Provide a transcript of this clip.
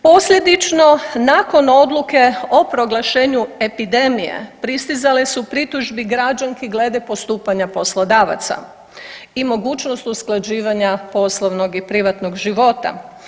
Posljedično nakon odluke o proglašenju epidemije pristizale su pritužbe građanki glede postupanja poslodavaca i mogućnost usklađivanja poslovnog i privatnog života.